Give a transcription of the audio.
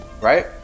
Right